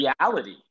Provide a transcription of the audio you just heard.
reality